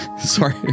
sorry